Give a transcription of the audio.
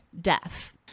deaf